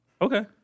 Okay